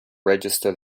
register